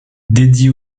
dédié